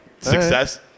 Success